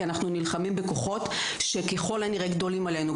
כי אנחנו נלחמים בכוחות שככל הנראה גדולים עלינו.